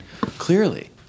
Clearly